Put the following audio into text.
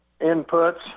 inputs